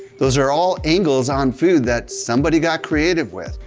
those are all angles on food that somebody got creative with.